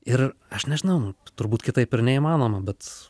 ir aš nežinau nu turbūt kitaip ir neįmanoma bet